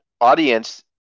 audience